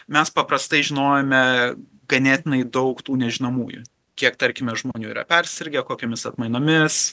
mes paprastai žinojome ganėtinai daug tų nežinomųjų kiek tarkime žmonių yra persirgę kokiomis atmainomis